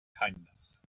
kindness